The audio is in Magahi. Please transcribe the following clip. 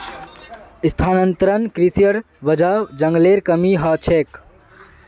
स्थानांतरण कृशिर वजह जंगलेर कमी ह छेक